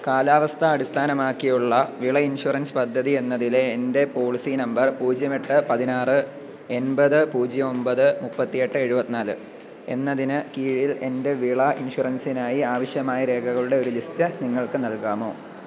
കാലാവസ്ഥ അടിസ്ഥാനമാക്കിയുള്ള വിള ഇൻഷുറൻസ് പദ്ധതി എന്നതിലേ എൻറ്റെ പോളിസി നമ്പർ പൂജ്യം എട്ട് പതിനാറ് എൺപത് പൂജ്യമൊൻപത് മുപ്പത്തിയെട്ട് എഴുപത്തി നാല് എന്നതിന് കീഴിൽ എൻറ്റെ വിള ഇൻഷുറൻസിനായി ആവശ്യമായ രേഖകളുടെ ഒരു ലിസ്റ്റ് നിങ്ങൾക്ക് നൽകാമോ